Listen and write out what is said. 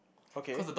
okay